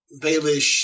Baelish